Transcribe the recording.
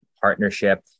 partnership